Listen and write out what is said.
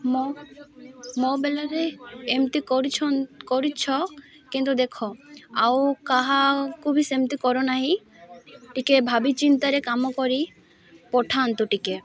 ମୋ ମୋ ବେଳରେ ଏମିତି କରିଛନ୍ କରିଛ କିନ୍ତୁ ଦେଖ ଆଉ କାହାକୁ ବି ସେମିତି କରନାହିଁ ଟିକେ ଭାବିଚିନ୍ତିରେ କାମ କରି ପଠାନ୍ତୁ ଟିକେ